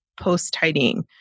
post-tidying